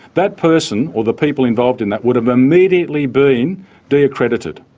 that person or the people involved in that, would have immediately been de-accredited.